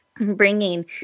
bringing